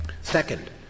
Second